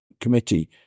committee